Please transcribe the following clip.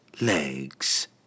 legs